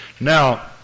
Now